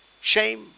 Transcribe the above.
shame